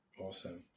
Awesome